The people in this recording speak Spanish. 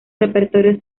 repertorio